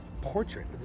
portrait